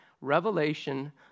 revelation